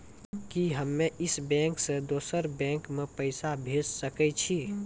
कि हम्मे इस बैंक सें दोसर बैंक मे पैसा भेज सकै छी?